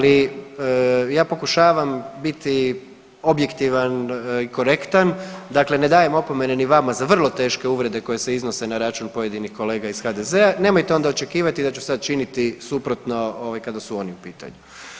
Ali ja pokušavam biti objektivan i korektan, dakle ne dajem opomene ni vama za vrlo teške uvrede koje se iznose na račun pojedinih kolega iz HDZ-a, nemojte onda očekivati da ću sad činiti suprotno kada su oni u pitanju.